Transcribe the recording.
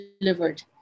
delivered